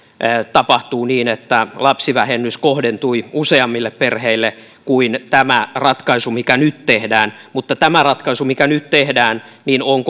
tapahtuu niin että lapsivähennys kohdentui useammille perheille kuin tämä ratkaisu mikä nyt tehdään mutta tämä ratkaisu mikä nyt tehdään on